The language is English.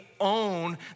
own